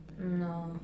No